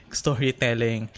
storytelling